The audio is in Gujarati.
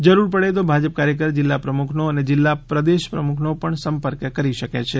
જરૂર પડે તો ભાજપ કાર્યકર જિલ્લા પ્રમુખનો અને જિલ્લા પ્રમુખ પ્રદેશ પ્રમુખનો પણ સંપર્ક કરી શકે છે